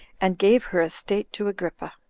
and gave her estate to agrippa.